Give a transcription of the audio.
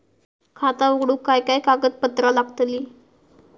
खाता उघडूक काय काय कागदपत्रा लागतली?